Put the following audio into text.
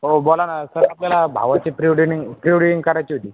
हो बोला ना सर आपल्याला भावाची प्री वेडिंग प्री वेडिंग करायची होती